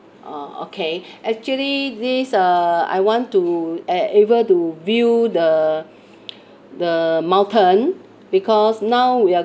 ah okay actually this uh I want to at able to view the the mountain because now we are